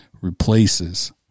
replaces